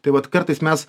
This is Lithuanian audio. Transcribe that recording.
tai vat kartais mes